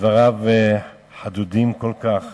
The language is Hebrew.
דבריו מחודדים כל כך